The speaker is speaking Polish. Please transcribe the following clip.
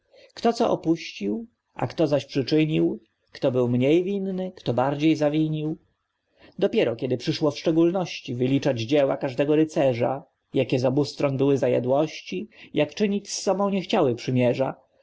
kto co opuścił a kto zaś przyczynił kto był mniej winny kto bardziej zawinił dopiero kiedy przyszło w szczególności wyliczać dzieła każdego rycerza jakie z obustron były zajadłości jak czynić z sobą nie chciały przymierza